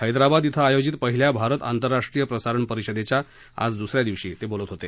हैदराबाद श्व आयोजित पहिल्या भारत आंतरराष्ट्रीय प्रसारण परिषदेच्या आज द्सऱ्या दिवशी ते बोलत होते